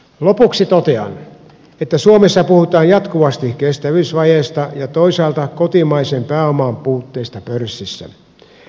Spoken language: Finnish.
lopuksi totean että suomessa puhutaan jatkuvasti kestävyysvajeesta ja toisaalta kotimaisen pääoman puutteesta pörssissä